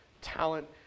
talent